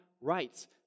rights